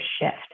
shift